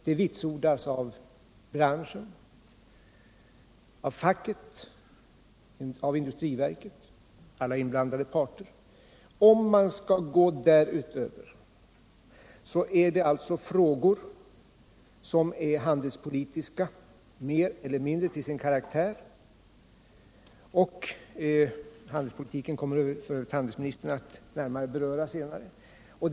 Det vitsordas av branschen, av facket, av industriverket och av alla inblandade parter. Om man skall gå längre kommer man in på frågor som är mer eller mindre handelspolitiska till sin karaktär, och handelspolitiken kommer handelsministern att närmare beröra senare i debatten.